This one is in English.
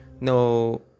No